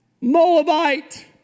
Moabite